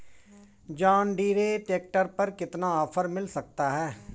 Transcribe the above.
John Deere tractor पर कितना offer मिल सकता है?